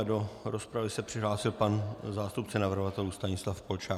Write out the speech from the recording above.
Do rozpravy se přihlásil zástupce navrhovatelů Stanislav Polčák.